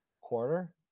quarter